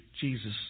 Jesus